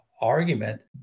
argument